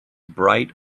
bright